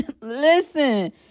listen